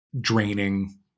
draining